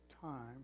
time